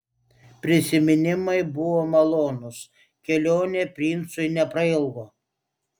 prisiminimai buvo malonūs kelionė princui neprailgo